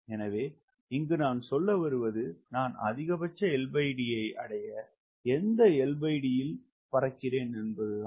எனவே இங்கு சொல்ல வருவது நான் அதிகபட்ச LD அடைய எந்த LD இல் பறக்கிறேன் என்பதுதான்